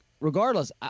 regardless